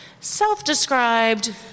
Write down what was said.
Self-described